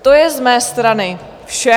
To je z mé strany vše.